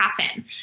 happen